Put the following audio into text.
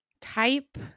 type